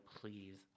please